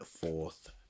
fourth